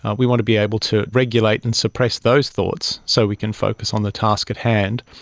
ah we want to be able to regulate and suppress those thoughts so we can focus on the task at hand.